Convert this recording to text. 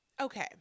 Okay